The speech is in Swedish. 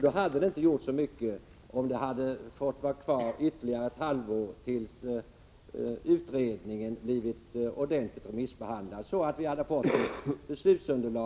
Det hade då inte gjort så mycket om denna lagstiftning fått vara kvar ytterligare ett halvår till dess utredningen blivit ordentligt remissbehandlad och vi fått ett heltäckande beslutsunderlag.